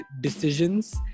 decisions